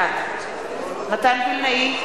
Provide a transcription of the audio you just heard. בעד מתן וילנאי,